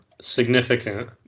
significant